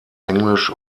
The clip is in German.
englisch